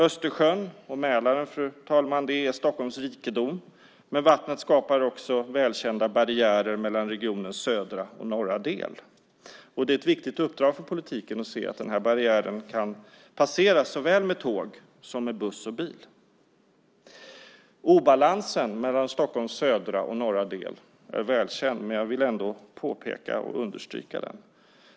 Östersjön och Mälaren, fru talman, är Stockholms rikedom, men vattnet skapar också välkända barriärer mellan regionens södra och norra delar. Det är ett viktigt uppdrag för politiken att se till att den barriären kan passeras såväl med tåg som med buss och bil. Obalansen mellan Stockholms södra och norra delar är välkänd, men jag vill ändå påpeka och understryka den.